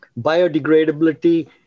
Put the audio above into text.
biodegradability